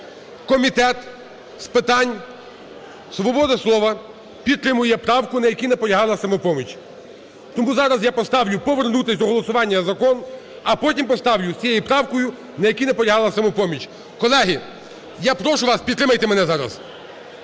Комітет з питань свободи слова підтримує правку, на якій наполягала "Самопоміч". Тому зараз я поставлю повернутись до голосування за закон, а потім поставлю з тією правкою, на якій наполягала "Самопоміч". Колеги, я прошу вас, підтримайте мене зараз.